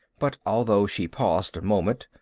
but although she paused a moment,